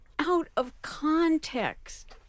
out-of-context